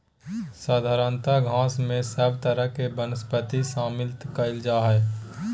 साधारणतय घास में सब तरह के वनस्पति सम्मिलित कइल जा हइ